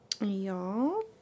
Y'all